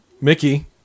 Mickey